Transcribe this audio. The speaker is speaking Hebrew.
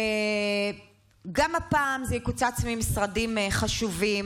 גם הפעם זה יקוצץ ממשרדים חשובים,